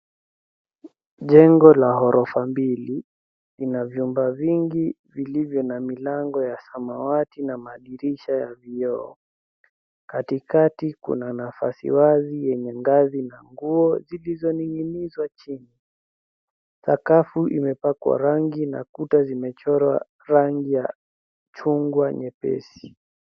Jengo la ghorofa mbili lina vyumba vingi vilivyo na milango ya samawati na madirisha ya vioo. Katikati kuna nafasi wazi yenye ngazi na nguo zilizoning'inizwa chini. Sakafu imepakwa rangi na kuta zimechorwa rangi ya chungwa nyepesi.